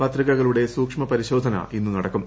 പത്രികകളുടെ സൂക്ഷ്മ പരിശോധന ്ളണ് നടക്കും